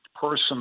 person